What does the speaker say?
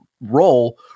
role